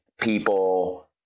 people